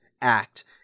act